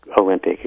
Olympic